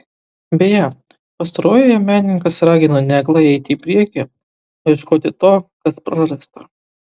beje pastarojoje menininkas ragino ne aklai eiti į priekį o ieškoti to kas prarasta